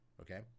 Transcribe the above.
Okay